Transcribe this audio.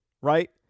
Right